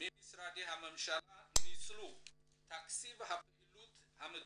ממשרדי הממשלה ניצלו את תקציב הפעילות המתוכננת,